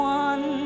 one